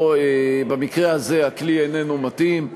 שבמקרה הזה הכלי איננו מתאים.